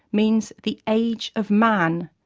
means the age of man,